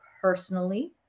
personally